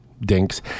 dinks